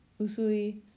Usui